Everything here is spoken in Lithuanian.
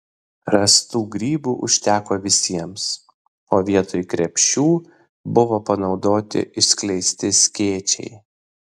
rastų grybų užteko visiems o vietoj krepšių buvo panaudoti išskleisti skėčiai